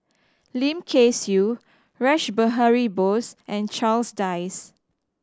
Lim Kay Siu Rash Behari Bose and Charles Dyce